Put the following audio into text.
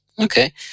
Okay